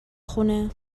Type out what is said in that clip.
خونه